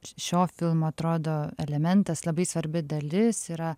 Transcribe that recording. šio filmo atrodo elementas labai svarbi dalis yra